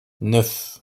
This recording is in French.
neuf